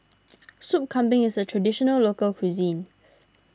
Soup Kambing is a Traditional Local Cuisine